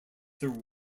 there